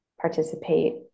participate